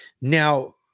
Now